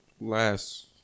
last